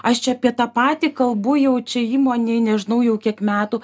aš čia apie tą patį kalbu jau čia įmonėj nežinau jau kiek metų